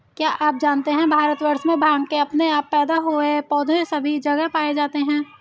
क्या आप जानते है भारतवर्ष में भांग के अपने आप पैदा हुए पौधे सभी जगह पाये जाते हैं?